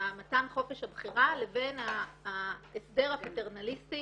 מתן חופש הבחירה לבין ההסדר הפטרנליסטי